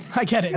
i get it.